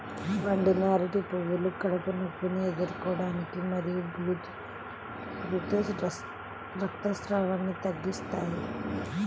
వండిన అరటి పువ్వులు కడుపు నొప్పిని ఎదుర్కోవటానికి మరియు ఋతు రక్తస్రావాన్ని తగ్గిస్తాయి